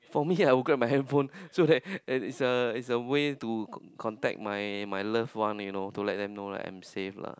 for me I will grab my hand phone so that is a is a way to contact my my loved one you know to let them know like I'm safe lah